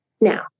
now